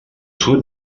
sud